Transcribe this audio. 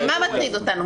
הרי מה מטריד אותנו?